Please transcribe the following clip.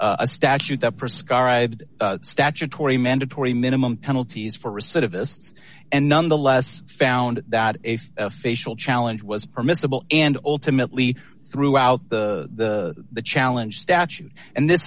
to a statute that prescribed statutory mandatory minimum penalties for recidivist and nonetheless found that if a facial challenge was permissible and ultimately throughout the the challenge statute and this